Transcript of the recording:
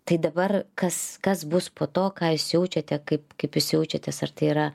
tai dabar kas kas bus po to ką jūs jaučiate kaip kaip jūs jaučiatės ar tai yra